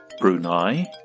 Brunei